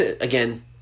Again